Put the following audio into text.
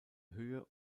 höhe